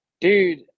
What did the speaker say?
Dude